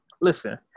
Listen